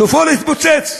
סופו להתפוצץ.